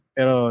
Pero